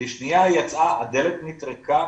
הדלת נטרקה